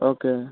okay